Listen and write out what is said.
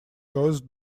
caused